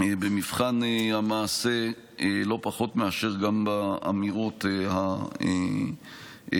במבחן המעשה לא פחות מאשר באמירות הכתובות.